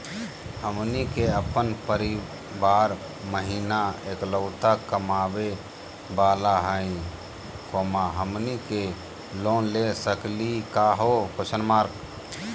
हमनी के अपन परीवार महिना एकलौता कमावे वाला हई, हमनी के लोन ले सकली का हो?